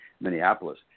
Minneapolis